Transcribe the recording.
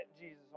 Jesus